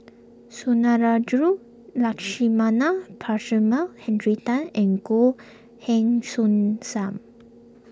Sundarajulu Lakshmana Perumal Henry Tan and Goh Heng Soon Sam